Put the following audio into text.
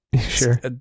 Sure